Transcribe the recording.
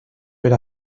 per